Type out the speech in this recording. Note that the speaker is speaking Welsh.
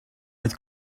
oedd